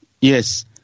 Yes